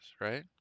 right